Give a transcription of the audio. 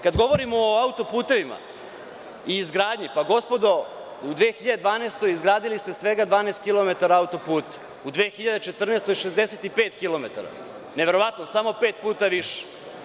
Kada govorimo o auto-putevima i izgradnji, gospodo, u 2012. godini izgradili ste svega 12 kilometara auto-puta, u 2014. godini 65 kilometara, neverovatno, samo pet puta više.